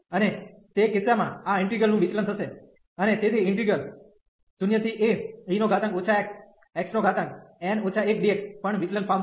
અને તે કિસ્સામાં આ ઇન્ટિગલ નું વિચલન થશે અને તેથી ઈન્ટિગ્રલ 0ae xxn 1dx પણ વિચલન પામશે